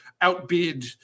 outbid